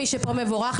מי שפה מבורך,